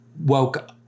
woke